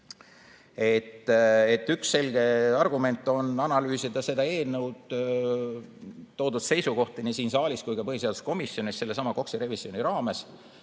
Üks selge argument on analüüsida seda eelnõu ja toodud seisukohti nii siin saalis kui ka põhiseaduskomisjonis sellesama KOKS‑i revisjoni raames.